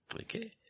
Okay